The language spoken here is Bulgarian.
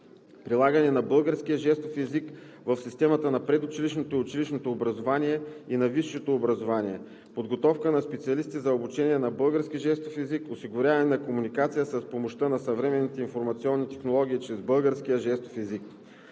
прилагане на българския жестов език в системата на предучилищното и училищното образование и на висшето образование; подготовка на специалисти за обучение на българския жестов език, осигуряване на комуникация с помощта на съвременните информационни технологии чрез българския жестов език.